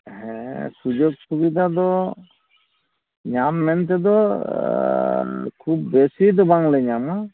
ᱦᱮᱸ ᱥᱩᱡᱳᱠ ᱥᱩᱵᱤᱫᱟ ᱫᱚ ᱧᱟᱢ ᱢᱮᱱᱛᱮᱫᱚ ᱠᱷᱩᱵ ᱵᱮᱥᱤ ᱫᱚ ᱵᱟᱝᱞᱮ ᱧᱟᱢᱟ